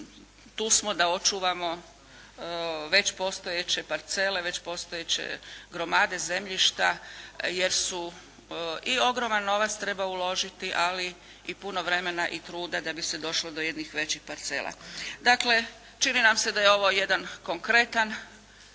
tu smo da očuvamo već postojeće parcele, već postojeće gromade zemljišta jer su i ogroman novac treba uložiti, ali i puno vremena i truda da bi se došlo do jednih većih parcela. Dakle, čini nam se da je ovo jedan konkretan